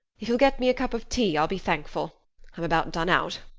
if you'll get me a cup of tea i'll be thankful. i'm about done out.